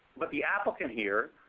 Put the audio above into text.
but the applicant here